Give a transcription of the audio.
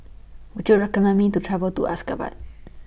Would YOU recommend Me to travel to Ashgabat